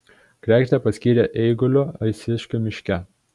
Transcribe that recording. kregždę paskyrė eiguliu aistiškių miške